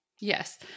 Yes